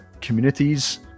communities